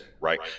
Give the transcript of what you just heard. right